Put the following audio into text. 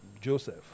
Joseph